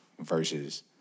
Versus